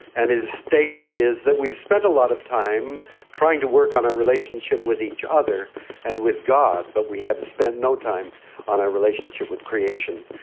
and his statement is that we've spent a lot of time trying to work on our relationship with each other and with god but we have spent no time on our relationship with creation.